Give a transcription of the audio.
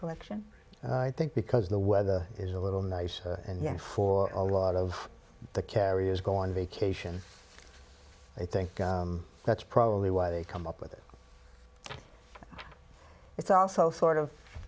collection i think because the weather is a little nice and you know for a lot of the carriers go on vacation i think that's probably why they come up with it's also sort of